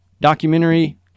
documentary